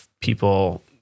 people